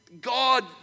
God